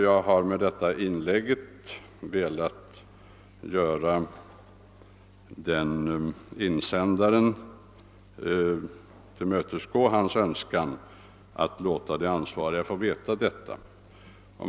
Jag har med detta inlägg velat tillmötesgå insändarens önskan att låta de ansvariga få veta detta.